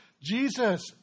Jesus